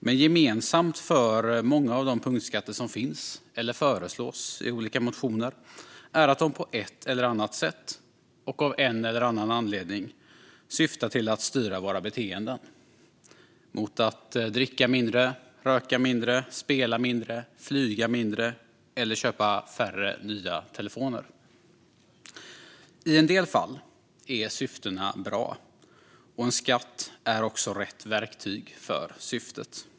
Men gemensamt för många av de punktskatter som finns eller föreslås i olika motioner är att de på ett eller annat sätt och av en eller annan anledning syftar till att styra våra beteenden - att dricka mindre, röka mindre, spela mindre, flyga mindre eller köpa färre nya telefoner. I en del fall är syftet bra och en skatt också rätt verktyg för syftet.